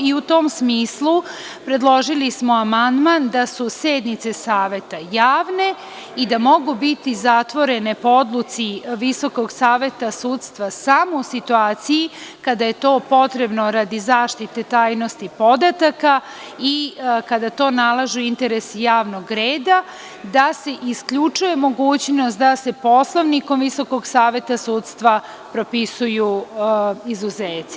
U tom smislu, predložili smo amandman da su sednice Saveta javne i da mogu biti zatvorene po odluci Visokog saveta sudstva samo u situaciji kada je to potrebno radi zaštite tajnosti podataka i kada to nalažu interesi javnog reda, da se isključuje mogućnost da se Poslovnikom Visokog saveta sudstva propisuju izuzeci.